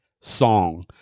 song